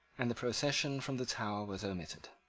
and the procession from the tower was omitted.